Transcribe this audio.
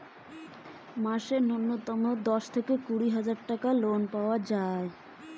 মাসে নূন্যতম কতো টাকা অব্দি লোন পাওয়া যায়?